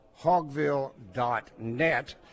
hogville.net